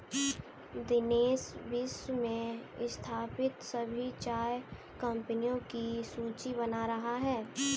दिनेश विश्व में स्थापित सभी चाय कंपनियों की सूची बना रहा है